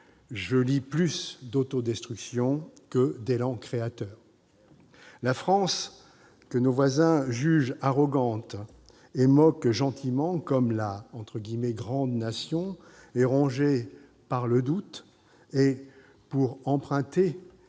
je lis plus d'autodestruction que d'élan créateur. Eh oui, malheureusement ! La France, que nos voisins jugent arrogante et moquent gentiment comme la « grande nation », est rongée par le doute et, pour emprunter